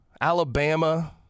Alabama